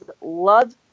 love